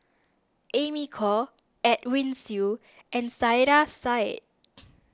Amy Khor Edwin Siew and Saiedah Said